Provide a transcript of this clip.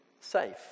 safe